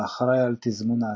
האחראי על תזמון ההצתה.